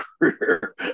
career